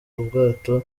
ubwato